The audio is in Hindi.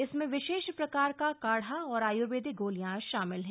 इसमें विशेष प्रकार का काढ़ा और आयुर्वेदिक गोलियां शामिल हैं